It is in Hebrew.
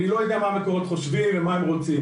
אני לא יודע מה מקורות חושבים ומה הם רוצים.